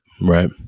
Right